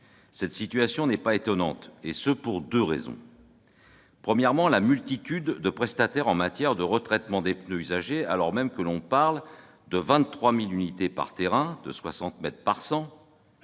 telle situation n'est pas étonnante, et ce pour deux raisons. Premièrement, on observe une multitude de prestataires en matière de retraitement des pneus usagés, alors même que l'on parle de 23 000 unités par terrain, de 60 mètres par 100.